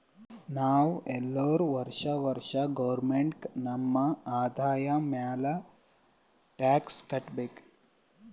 ನಾವ್ ಎಲ್ಲೋರು ವರ್ಷಾ ವರ್ಷಾ ಗೌರ್ಮೆಂಟ್ಗ ನಮ್ ಆದಾಯ ಮ್ಯಾಲ ಟ್ಯಾಕ್ಸ್ ಕಟ್ಟಬೇಕ್